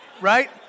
Right